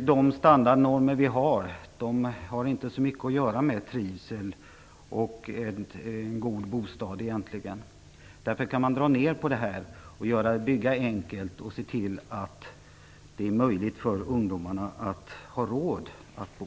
De standardnormer som vi har, har inte så mycket att göra med trivsel och en god bostad. Därför kan man dra ner på kraven. Man kan bygga enkelt och därigenom göra det möjligt för ungdomarna att ha råd att bo.